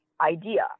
idea